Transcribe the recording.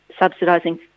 subsidising